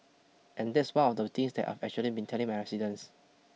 and that's one of the things that I've actually been telling my residents